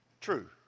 True